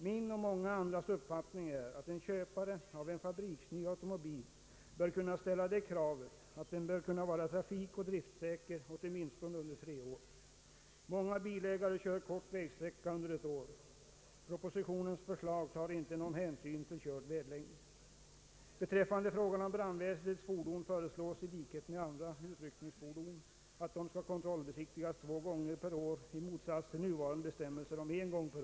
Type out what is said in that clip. Min och många andras uppfattning är att en köpare av en fabriksny automobil bör kunna ställa det kravet att den är trafikoch driftsäker åtminstone under tre år. Många bilägare kör kort vägsträcka under ett år. Propositionens förslag tar inte någon hänsyn till körd vägsträcka. Beträffande frågan om brandväsendets fordon föreslås liksom vad gäller andra utryckningsfordon att de skall kontrollbesiktigas två gånger per år i motsats till en gång per år enligt nuvarande bestämmelser.